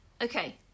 Okay